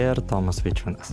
ir tomas vaičiūnas